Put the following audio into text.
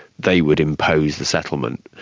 they would impose the settlement.